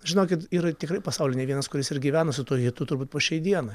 žinokit yra tikrai pasauly ne vienas kuris ir gyvena su tuo hitu turbūt po šiai dienai